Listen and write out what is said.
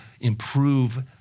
improve